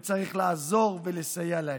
וצריך לעזור ולסייע להם.